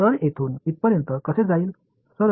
तर येथून इथपर्यंत कसे जाईल